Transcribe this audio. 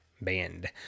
band